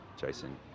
Jason